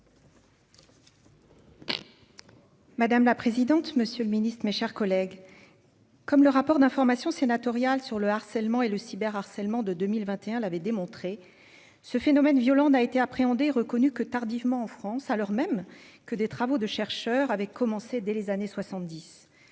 Madame la présidente. Monsieur le Ministre, mes chers collègues. Comme le rapport d'information sénatorial sur le harcèlement et le cyber harcèlement de 2021 l'avait démontré ce phénomène violent n'a été appréhendé reconnue que tardivement en France alors même que des travaux de chercheurs avaient commencé dès les années 70